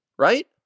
Right